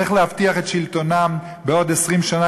איך להבטיח את שלטונם בעוד 20 שנה,